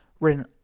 Written